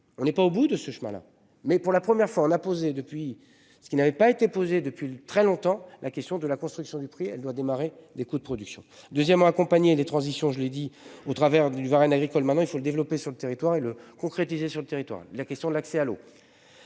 on n'est pas au bout de ce chemin-là. Mais pour la première fois on a posé depuis ce qui n'avait pas été posée depuis très longtemps, la question de la construction du prix elle doit démarrer des coûts de production. Deuxièmement, accompagner les transitions. Je l'ai dit au travers d'une Varenne agricole maintenant il faut le développer sur le territoire et le concrétiser sur le territoire. La question de l'accès à l'eau.